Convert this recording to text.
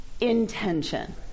intention